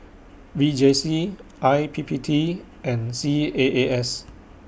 V J C I P P T and C A A S